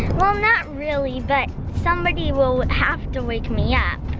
well, not really, but somebody will have to wake me up.